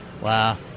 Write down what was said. wow